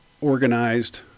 organized